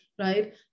right